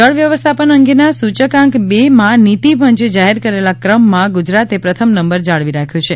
જળવ્યવસ્થાપન અંગેના સૂચકાંક બે માં નીતીપંચે જાહેર કરેલા ક્રમમાં ગુજરાતે પ્રથમ નંબર જાળવી રાખ્યો છે